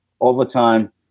overtime